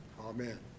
Amen